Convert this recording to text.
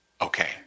okay